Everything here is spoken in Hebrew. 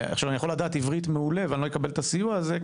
אני יכול לדעת עברית מעולה ואני לא אקבל את הסיוע הזה,